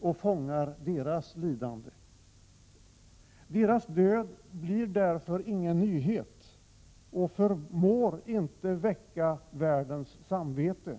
och fångar deras lidande. Deras död blir därför inte någon nyhet, och den förmår inte heller att väcka världens samvete.